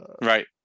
Right